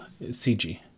CG